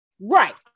right